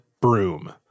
broom